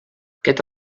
aquest